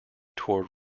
toward